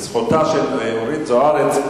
לזכותה של אורית זוארץ,